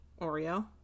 Oreo